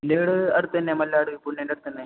എന്റെ വീട് അടുത്ത് തന്നെ മല്ലാട് പുല്ലിൻ്റെ അടുത്തന്നെ